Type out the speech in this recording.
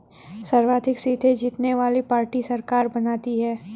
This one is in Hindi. सर्वाधिक सीटें जीतने वाली पार्टी सरकार बनाती है